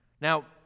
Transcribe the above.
Now